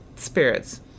spirits